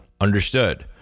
understood